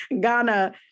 Ghana